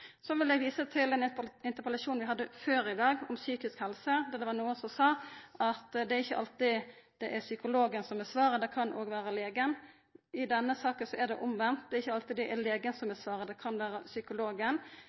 Så vil eg visa til ein interpellasjon vi hadde før i dag om psykisk helse, der det var nokon som sa at det er ikkje alltid det er psykologen som er svaret, det kan òg vera legen. I denne saka er det omvendt – det er ikkje alltid det er legen som er svaret, det kan vera psykologen.